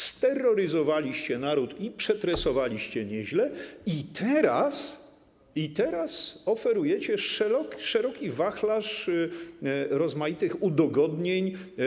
Sterroryzowaliście naród i przetresowaliście nieźle i teraz oferujecie szeroki wachlarz rozmaitych udogodnień.